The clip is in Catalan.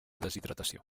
deshidratació